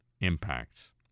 impacts